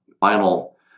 final